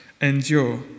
endure